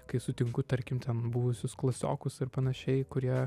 kai sutinku tarkim ten buvusius klasiokus ir panašiai kurie